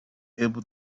able